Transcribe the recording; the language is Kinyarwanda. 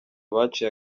baciye